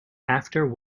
after